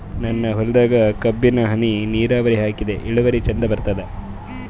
ನನ್ನ ಹೊಲದಾಗ ಕಬ್ಬಿಗಿ ಹನಿ ನಿರಾವರಿಹಾಕಿದೆ ಇಳುವರಿ ಚಂದ ಬರತ್ತಾದ?